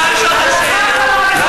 אפשר לשאול אותך שאלה?